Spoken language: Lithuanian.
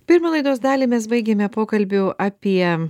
pirmą laidos dalį mes baigėme pokalbiu apie